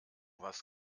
was